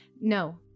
No